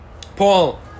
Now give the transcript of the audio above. Paul